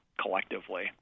collectively